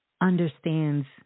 understands